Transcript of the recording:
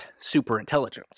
superintelligence